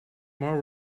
more